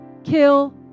kill